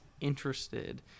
interested